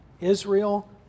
Israel